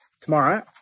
tomorrow